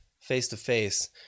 face-to-face